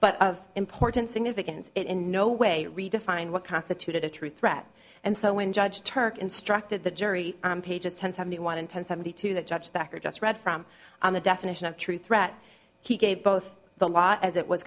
but of important significance it in no way redefine what constituted a true threat and so when judge turk instructed the jury on pages ten seventy one and ten seventy two the judge that her just read from on the definition of true threat he gave both the law as it was